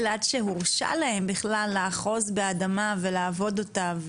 עד שהורשה להם בכלל לאחוז באדמה ולעבוד אותה,